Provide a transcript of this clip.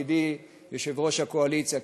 ידידי יושב-ראש הקואליציה,